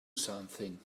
something